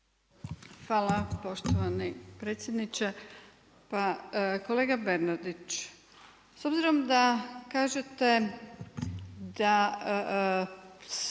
Hvala poštovani predsjedniče. Pa kolega Bernardić, s obzirom da kažete da